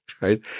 right